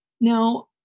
Now